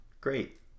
Great